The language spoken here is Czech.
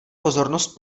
pozornost